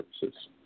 Services